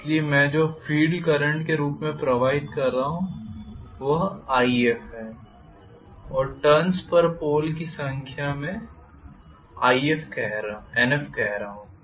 इसलिए मैं जो फील्ड करंट के रूप में प्रवाहित कर रहा हूं वह If है और टर्न्स पर पोल की संख्या मैं Nf कह रहा हूं